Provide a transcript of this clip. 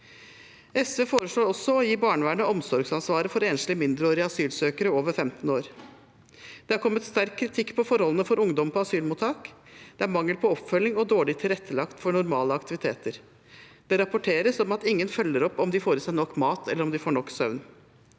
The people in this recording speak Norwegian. SV foreslår også å gi barnevernet omsorgsansvaret for enslige mindreårige asylsøkere over 15 år. Det er kommet sterk kritikk av forholdene for ungdom på asylmottak. Det er mangel på oppfølging og dårlig tilrettelagt for normale aktiviteter. Det rapporteres om at ingen følger opp om de får i seg nok mat, eller om de får nok søvn.